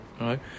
right